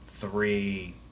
three